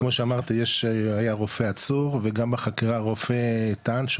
כמו שאמרתי יש היה רופא עצור וגם בחקירה הרופא טען שהוא